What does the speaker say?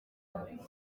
ndangamuntu